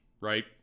right